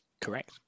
Correct